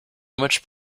much